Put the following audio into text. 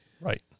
right